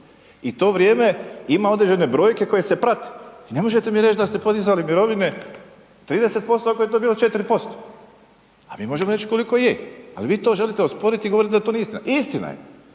I to vrijeme ima određene brojke koje se prate i ne možete mi reć da ste podizali mirovine 30% ako je to bilo 4%, a mi možemo reć koliko je, al vi to želite osporiti i govorite da to nije istina. Istina je